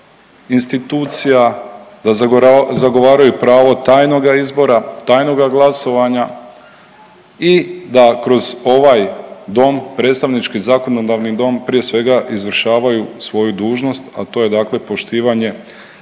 da zagovaraju pravo tajnoga izbora, tajnoga glasovanja i da kroz ovaj Dom, predstavnički, zakonodavni dom, prije svega, izvršavaju svoju dužnost, a to je dakle poštivanje